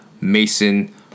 Mason